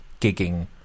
gigging